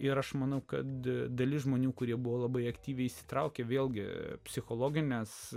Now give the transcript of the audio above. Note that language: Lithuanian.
ir aš manau kad dalis žmonių kurie buvo labai aktyviai įsitraukia vėlgi psichologai mes